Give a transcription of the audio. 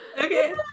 Okay